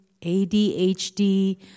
ADHD